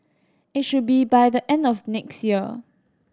it should be by the end of next year